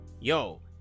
Yo